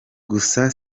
gusa